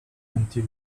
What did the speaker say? until